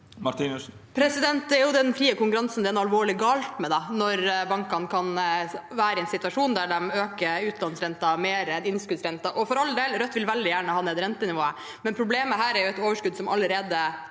Martinussen (R) Det er jo den frie konkurransen det er noe alvorlig galt med når bankene kan være i en situasjon der de øker utlånsrenten mer enn innskuddsrenten. For all del, Rødt vil veldig gjerne ha ned rentenivået, men problemet her er et overskudd som allerede